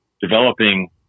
developing